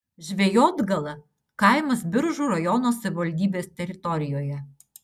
žvejotgala kaimas biržų rajono savivaldybės teritorijoje